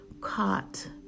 caught